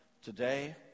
Today